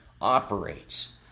operates